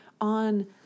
on